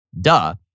duh